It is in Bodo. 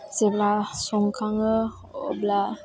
जेब्ला संखाङो अब्ला